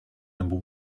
number